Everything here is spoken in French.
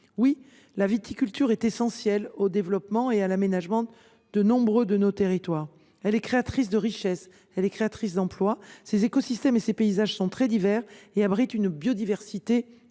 Oui, la viticulture est essentielle au développement et à l’aménagement de nombre de nos territoires. Elle est créatrice de richesses et d’emplois. Ses écosystèmes et ses paysages sont très divers et abritent une biodiversité reconnue.